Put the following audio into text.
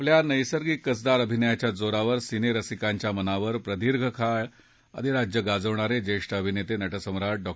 आपल्या नैसर्गिक कसदार अभिनयाच्या जोरावर सिनेरसिकांच्या मनावर प्रदीर्घकाळ अधिराज्य गाजवणारे ज्येष्ठ अभिनेते नटसम्राट डॉ